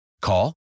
Call